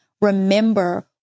Remember